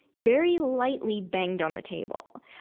very lightly banged on the table.